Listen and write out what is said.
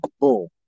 Boom